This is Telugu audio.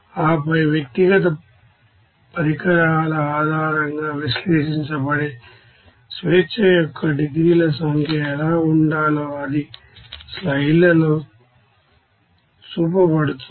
ఆపై వ్యక్తిగత పరికరాల ఆధారంగా విశ్లేషించబడే సంఖ్య ఎలా ఉండాలో అది స్లైడ్లలో చూపబడుతుంది